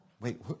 Wait